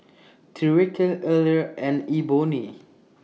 Tyreke Eller and Ebony